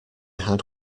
had